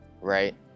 right